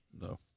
No